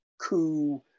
coup